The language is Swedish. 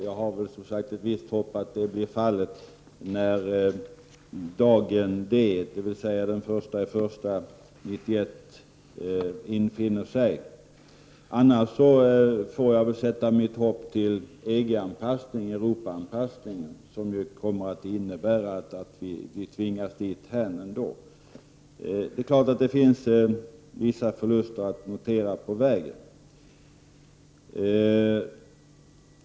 Jag hyser därför ändå ett visst hopp om att så blir fallet när dagen D, den 1 januari 1991, infaller. Annars får jag väl sätta mitt hopp till EG-anpassningen och Europaanpassningen, som ju kommer att innebära att vi ändå tvingas dithän. Det finns givetvis vissa förluster att notera på vägen.